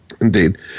Indeed